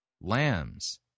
lambs